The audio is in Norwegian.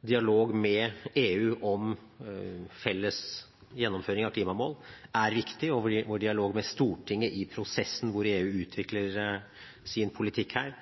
dialog med EU om felles gjennomføring av klimamål er viktig, og vår dialog med Stortinget i prosessen hvor EU utvikler sin politikk her